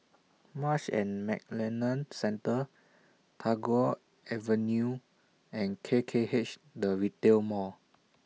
Marsh and McLennan Centre Tagore Avenue and K K H The Retail Mall